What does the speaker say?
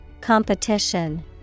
Competition